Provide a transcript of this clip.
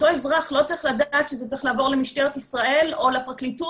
אותו אזרח לא צריך לדעת שזה צריך לעבור למשטרת ישראל או לפרקליטות,